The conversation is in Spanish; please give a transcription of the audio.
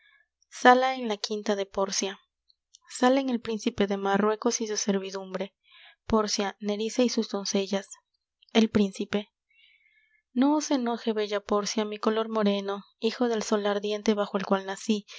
en la quinta de pórcia salen el príncipe de marruecos y su servidumbre pórcia nerissa y sus doncellas el príncipe no os enoje bella pórcia mi color moreno hijo del sol ardiente bajo el cual nací